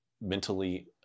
mentally